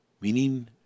meaning